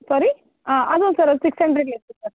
sorry ஆ அதுவும் sir அது சிக்ஸ் ஹன்ரட் இருக்கு சார்